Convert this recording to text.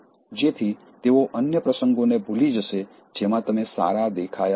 જેથી તેઓ અન્ય પ્રસંગોને ભૂલી જશે જેમાં તમે સારા દેખાયા હશો